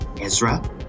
Ezra